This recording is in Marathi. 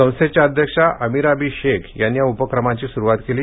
संस्थेच्या अध्यक्षा अमिराबी शेख यांनी या उपक्रमाची सुरवात केली